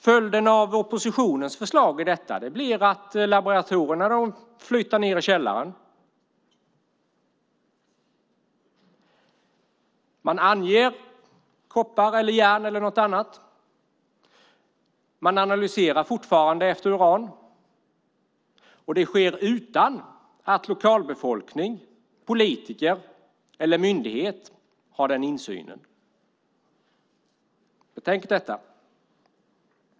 Följden av oppositionens förslag blir att laboratorierna flyttar ned i källaren. Man anger koppar, järn eller något annat, men man gör fortfarande analyser för att hitta uran. Och det sker utan att lokalbefolkning, politiker eller myndigheter har insyn. Betänk detta!